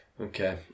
Okay